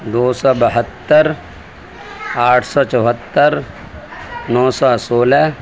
دو سو بہتّر آٹھ سو چوہتر نو سو سولہ